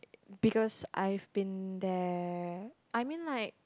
because I've been there I mean like